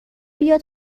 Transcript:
بیا